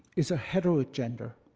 it's a hetero gender,